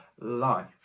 life